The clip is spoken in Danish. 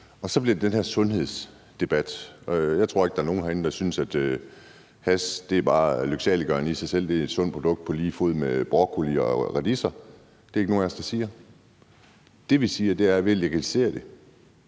og så bliver det til den her sundhedsdebat. Jeg tror ikke, der er nogen herinde, der synes, at hash bare er lyksaliggørende i sig selv, at det er et sundt produkt på lige fod med broccoli og radiser – det er der ikke nogen af os der siger. Det, vi siger, er, at ved at legalisere det